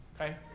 okay